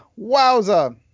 wowza